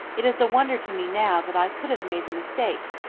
it is a wonder to me now that i could have made the mistake,